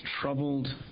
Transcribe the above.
troubled